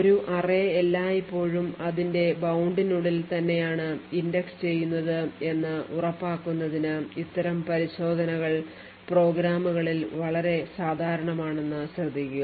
ഒരു array എല്ലായ്പ്പോഴും അതിന്റെ bound നുള്ളിൽ തന്നെയാണ് ഇൻഡക്സ് ചെയ്യുന്നത് എന്ന് ഉറപ്പാക്കുന്നതിന് ഇത്തരം പരിശോധനകൾ പ്രോഗ്രാമുകളിൽ വളരെ സാധാരണമാണെന്ന് ശ്രദ്ധിക്കുക